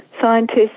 scientists